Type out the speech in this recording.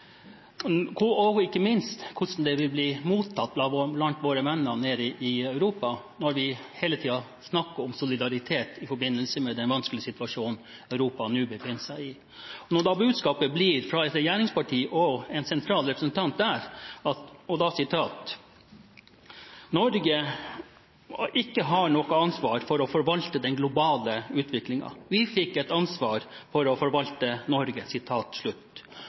og ikke minst hvordan det blir mottatt blant våre venner i Europa når vi hele tiden snakker om solidaritet i forbindelse med den vanskelige situasjonen Europa nå befinner seg i, og budskapet fra et av regjeringspartiene og en sentral representant der er: «Vi fikk ikke noe ansvar for å forvalte den globale utviklingen, vi fikk et ansvar for å forvalte Norge.»